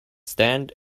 stand